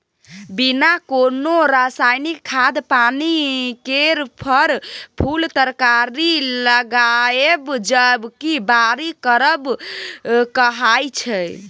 बिना कोनो रासायनिक खाद पानि केर फर, फुल तरकारी लगाएब जैबिक बारी करब कहाइ छै